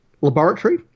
laboratory